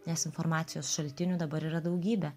nes informacijos šaltinių dabar yra daugybė